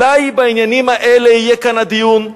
אולי בעניינים האלה יהיה כאן הדיון?